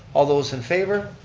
all those in favor?